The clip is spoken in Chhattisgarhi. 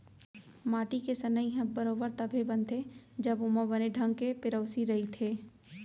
माटी के सनई ह बरोबर तभे बनथे जब ओमा बने ढंग के पेरौसी रइथे